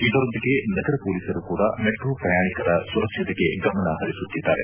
ಇದರೊಂದಿಗೆ ನಗರ ಪೊಲೀಸರು ಕೂದ ಮೆಟ್ರೋ ಪ್ರಯಾಣಿಕರ ಸುರಕ್ಷತೆಗೆ ಗಮನ ಹರಿಸುತ್ತಿದ್ದಾರೆ